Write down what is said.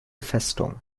festung